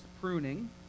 pruning